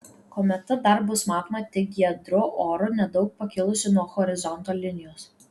kometa dar bus matoma tik giedru oru nedaug pakilusi nuo horizonto linijos